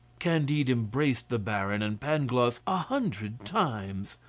candide embraced the baron and pangloss a hundred times.